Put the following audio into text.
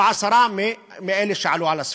או עשרה מאלה שעלו לספינה.